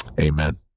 Amen